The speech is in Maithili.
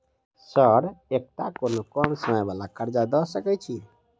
सर एकटा कोनो कम समय वला कर्जा दऽ सकै छी?